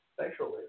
Sexually